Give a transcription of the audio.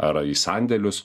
ar į sandėlius